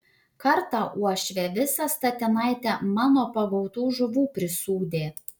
kartą uošvė visą statinaitę mano pagautų žuvų prisūdė